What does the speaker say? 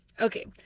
Okay